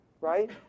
right